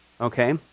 okay